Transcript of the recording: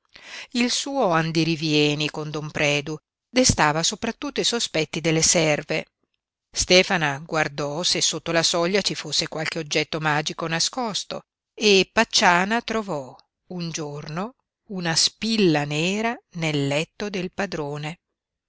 il suo andirivieni con don predu destava soprattutto i sospetti delle serve stefana guardò se sotto la soglia ci fosse qualche oggetto magico nascosto e pacciana trovò un giorno una spilla nera nel letto del padrone